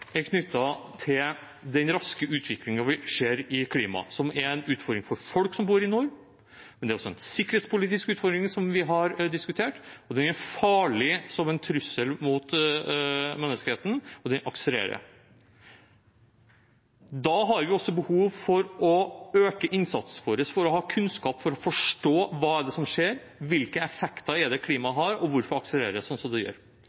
til den raske utviklingen vi ser når det gjelder klima, som er en utfordring for folk som bor i nord, men det er også en sikkerhetspolitisk utfordring som vi har diskutert. Den er farlig som en trussel mot menneskeheten, og den akselererer. Da har vi også behov for å øke innsatsen vår for å ha kunnskap for å forstå hva det er som skjer, hvilke effekter det er klimaet har, og hvorfor det akselerer sånn som det gjør.